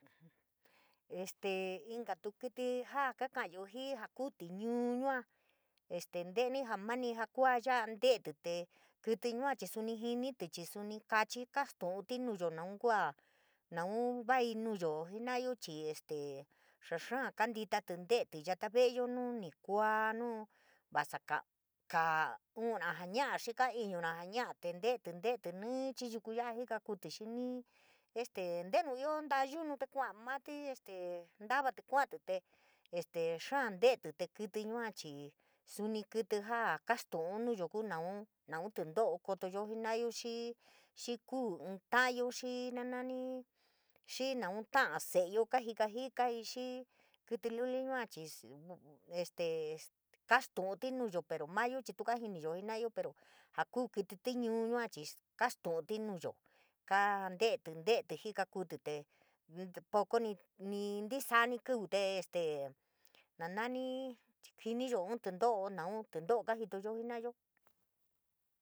Este inkatu kítí jaa kaakayo jii jaa kuu tiñuu ya'a, este nteni jaa mani jaa kuaa ya'a nte'etí, tee kítí yua chii suni jinití chii suni kachi kast'utí nuuyoo naun kuu, naun vai nuyo jinayoo chii este xaa xáá kantitatí nte'etí yata ve'eyoo nu ni kuaa nuu vasa kaa ka u'un, xi ka iñu jaa ña'a, tee nte'etí, nte'etí níí chii yuku ya'a, jikakutí nii este ntenu ioo taka nta'a yunu tee kua'amatí este ntavatí kua'atí tee este xaa nte'etí tee kítí yuua chii suni kítí jaa kastu'un nuyoo kuu naun naun tínto'o kotoyo jena'ayo xii, xii kuu ínta'ayo xi nanii, xii naun ta'a se'eyo kaa jika jikai, xii kítí lulia yua chii este kastu'untí nuuyoo pero mayo chii tuu, tuu kajiniyo jenayo pero jakuu kítí tiñuu yua chii kastu'utí nuyoo, kante'etí, nte'etí jikakuutí tee ntisaani kiu te ste na nani jiniyo inn tínto'o naun tínto'o kajitoyo jena'ayoo.